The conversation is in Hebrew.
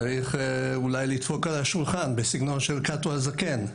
צריך אולי לדפוק על השולחן בסגנון של קטו הזקן.